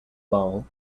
bowl